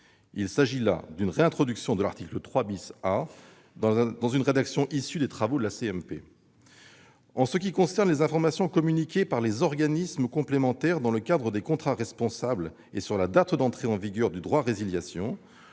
Il s'agit là de la réintroduction de l'article 3 A dans une rédaction issue des travaux de la commission mixte paritaire. En ce qui concerne les informations communiquées par les organismes complémentaires dans le cadre des contrats responsables et la date d'entrée en vigueur du droit à résiliation,